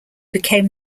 became